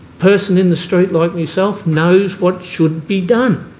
person in the street like myself knows what should be done.